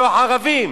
ערבים.